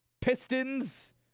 Pistons